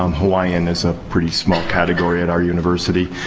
um hawaiian is a pretty small category at our university.